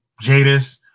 Jadis